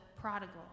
prodigal